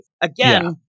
Again